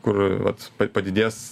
kur vat padidės